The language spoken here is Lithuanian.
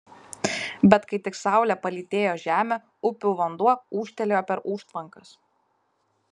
bet kai tik saulė palytėjo žemę upių vanduo ūžtelėjo per užtvankas